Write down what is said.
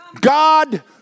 God